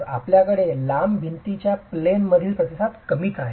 तर आपल्याकडे लांब भिंतींच्या प्लेन मधील प्रतिसाद कमीच आहे